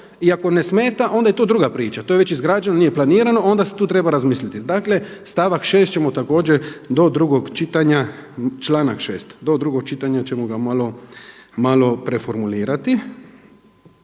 ako ne smeta onda je to druga priča, to je već izgrađeno nije planirano onda se tu treba razmisliti. Dakle stavak 6. ćemo također do drugog čitanja ćemo ga malo preformulirati.